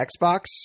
Xbox